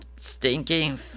Stinking